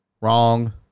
Wrong